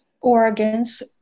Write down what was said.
organs